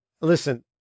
Listen